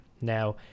now